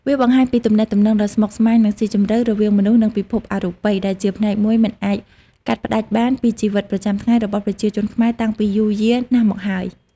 វាបង្ហាញពីទំនាក់ទំនងដ៏ស្មុគស្មាញ និងស៊ីជម្រៅរវាងមនុស្ស និងពិភពអរូបិយ ដែលជាផ្នែកមួយមិនអាចកាត់ផ្ដាច់បានពីជីវិតប្រចាំថ្ងៃរបស់ប្រជាជនខ្មែរតាំងពីយូរយារណាស់មកហើយ។